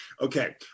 okay